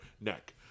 neck